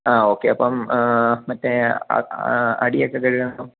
ആ ഓക്കെ അപ്പം മറ്റേ അടിയൊക്കെ കഴുകാനോ